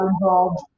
involved